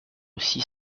six